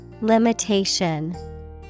Limitation